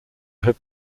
have